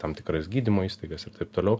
tam tikras gydymo įstaigas ir taip toliau